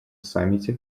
саммите